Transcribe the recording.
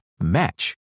match